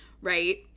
right